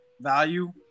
value